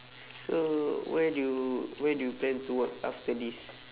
so where do you where do you plan to work after this